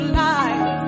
life